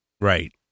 Right